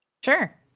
Sure